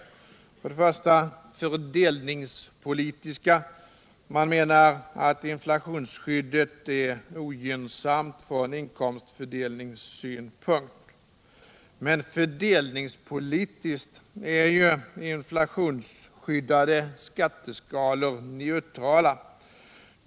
Det gäller för det första fördelningspolitiska motiv. Man menar att inflationsskyddet är ogynnsamt från inkomstfördelningssynpunkt. Men fördelningspolitiskt är ju inflationsskyddade skatteskalor neutrala.